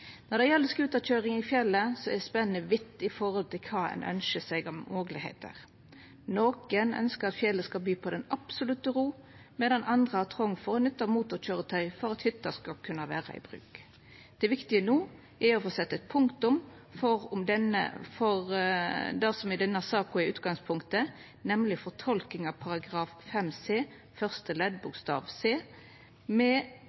når avstanden skal vurderast. Når det gjeld scooterkjøring i fjellet, er spennet vidt med omsyn til kva ein ønskjer seg av moglegheiter. Nokon ønskjer at fjellet skal by på den absolutte ro, medan andre har trong for å nytta motorkøyretøy for at hytta skal kunna vera i bruk. Det som er viktig no, er å få sett eit punktum for det som i denne saka er utgangspunktet – nemlig fortolkinga av § 5 c første